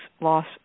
loss